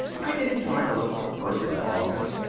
i didn't try to look for first causes,